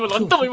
but and